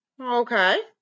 okay